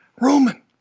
Roman